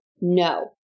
no